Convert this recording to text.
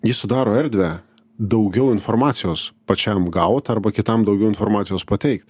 jis sudaro erdvę daugiau informacijos pačiam gaut arba kitam daugiau informacijos pateikt